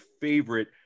favorite